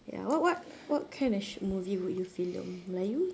ya wh~ what what kind of sh~ movie would you film melayu